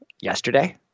yesterday